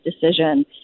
decision